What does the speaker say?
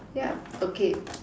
yeah okay